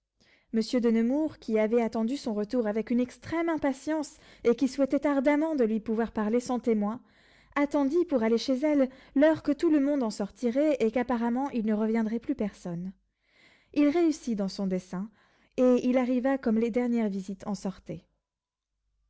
monsieur de nemours qui avait attendu son retour avec une extrême impatience et qui souhaitait ardemment de lui pouvoir parler sans témoins attendit pour aller chez elle l'heure que tout le monde en sortirait et qu'apparemment il ne reviendrait plus personne il réussit dans son dessein et il arriva comme les dernières visites en sortaient